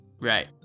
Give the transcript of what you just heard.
Right